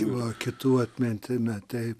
nuo kitų atmetėme taip